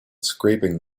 scraping